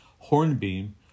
hornbeam